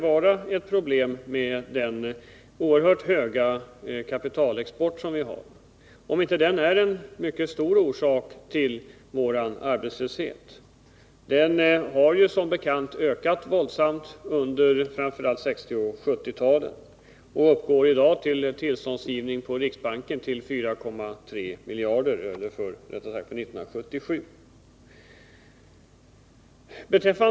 vara ett problem med den oerhört stora kapitalexport som vi har och om den — Nr 31 inte är en mycket stor orsak till vår arbetslöshet. Denna kapitalexport har som bekant ökat våldsamt under framför allt 1960 och 1970-talen. Tillståndsgivningen från riksbanken omfattar 4,3 miljarder för 1977.